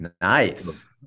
Nice